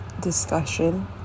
discussion